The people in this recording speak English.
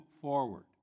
forward